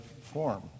form